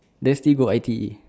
then still go I_T_E